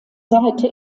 seite